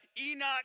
Enoch